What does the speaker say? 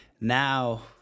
Now